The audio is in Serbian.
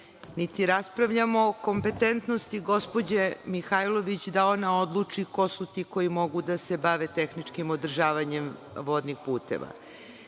niti raspravljamo o kompetentnosti gospođe Mihajlović da ona odluči ko su ti koji mogu da se bave tehničkim održavanjem vodnih puteva.